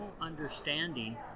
understanding